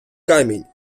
камінь